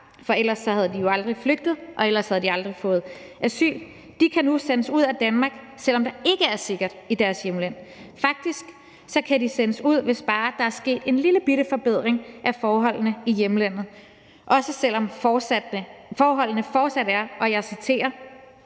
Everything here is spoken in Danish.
for ellers var de jo aldrig flygtet, og ellers havde de aldrig fået asyl – kan nu sendes ud af Danmark, selv om der ikke er sikkert i deres hjemland. Faktisk kan de sendes ud, hvis bare der er sket en lillebitte forbedring af forholdene i hjemlandet, også selv om forholdene fortsat er – og jeg citerer